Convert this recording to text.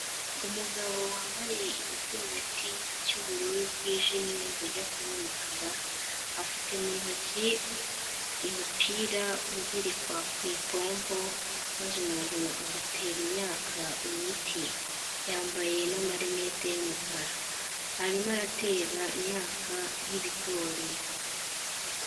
Umugabo wambaye igisurubeti cy'ubururu bwijimye bujya kuba umukara, afite mu ntoki umupira uzirikwa ku ipombo maze umuntu agatera imyaka imiti. Yambaye na marinete y'umukara. Arimo aratera imyaka y'ibigori.